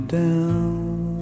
down